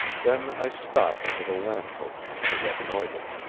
then i stopped under the lamp-post to reconnoiter.